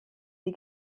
die